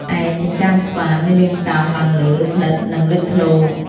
ឯ ចិញ្ចើមស្វា មានរាងកោងឡើងលើ ដិត និងលេចធ្លោ។